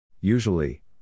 Usually